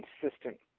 consistent